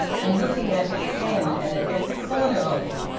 and looking at it again, and at every corner of it.